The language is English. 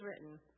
written